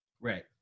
Right